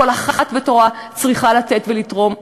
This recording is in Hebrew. כל אחת בתורה צריכה לתת ולתרום.